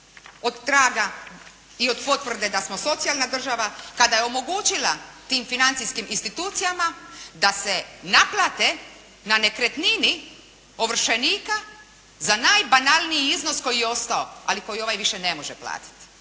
od traga i od potvrde da smo socijalna država kada je omogućila tim financijskim institucijama da se naplate na nekretnini ovršenika za najbanalniji iznos koji je ostao, ali koji ovaj više ne može platiti.